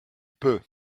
peu